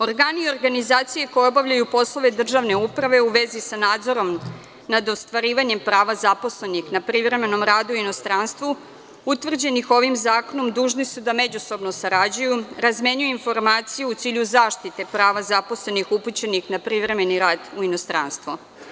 Organi i organizacije koje obavljaju poslove državne uprave u vezi sa nadzorom nad ostvarivanjem prava zaposlenih na privremenom radu u inostranstvu, utvrđenih ovim zakonom, dužni su da međusobno sarađuju, razmenjuju informacije u cilju zaštite prava zaposlenih upućenih na privremeni rad u inostranstvo.